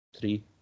Three